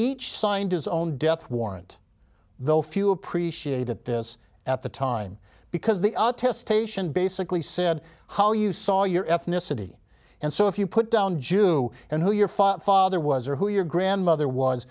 each signed his own death warrant though few appreciate at this at the time because the artist station basically said how you saw your ethnicity and so if you put down jew and who your father there was or who your grandmother was